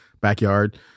backyard